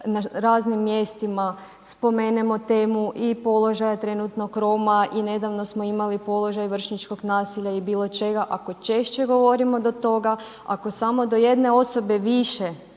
na raznim mjestima spomenemo temu i položaja trenutnog Roma i nedavno smo imali položaj vršnjačkog nasilja i bilo čega, ako češće govorimo do toga, ako samo do jedne osobe više